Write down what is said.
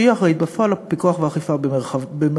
שהיא האחראית בפועל על פיקוח ואכיפה במרחבה.